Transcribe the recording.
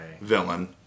villain